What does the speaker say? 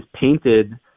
painted